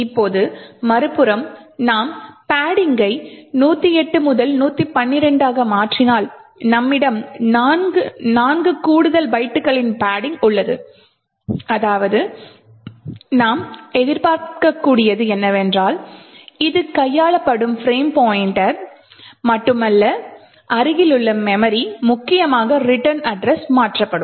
இப்போது மறுபுறம் நாம் பட்டிங்கை 108 முதல் 112 ஆக மாற்றினால் நம்மிடம் நான்கு கூடுதல் பைட்டுகளின் பட்டிங் உள்ளது அதாவது நாம் எதிர்பார்க்கக்கூடியது என்னவென்றால் இது கையாளப்படும் பிரேம் பாய்ண்ட்டர் மட்டுமல்ல அருகிலுள்ள மெமரி முக்கியமாக ரிட்டர்ன் அட்ரஸ் மாற்றப்படும்